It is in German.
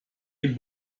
dem